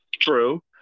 true